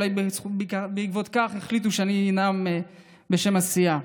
אולי בעקבות כך החליטו שאני אנאם בשם הסיעה.